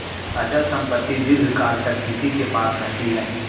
अचल संपत्ति दीर्घकाल तक किसी के पास रहती है